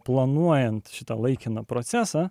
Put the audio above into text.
planuojant šitą laikiną procesą